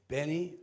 Benny